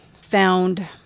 found